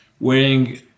wearing